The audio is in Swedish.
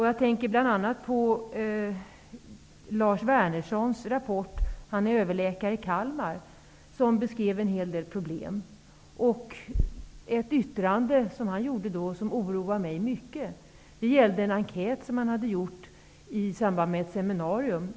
Jag tänker på bl.a. Lars Wernerssons rapport. Han är överläkare i Kalmar och beskriver en hel del problem. Ett yttrande han gjorde som oroar mig mycket gällde en enkät som han hade gjort i samband med ett seminarium.